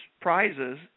prizes